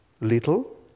Little